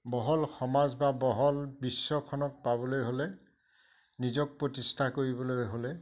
বহল সমাজ বা বহল বিশ্বখনক পাবলৈ হ'লে নিজক প্ৰতিষ্ঠা কৰিবলৈ হ'লে